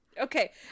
Okay